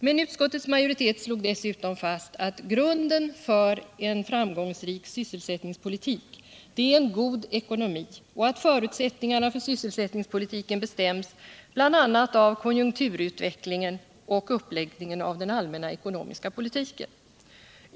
Men utskottets majoritet slog dessutom fast att grunden för en framgångsrik sysselsättningspolitik är en god ekonomi och att förutsättningarna för sysselsättningspolitiken bestäms bl.a. av konjunkturutvecklingen och uppläggningen av den allmänna ekonomiska politiken.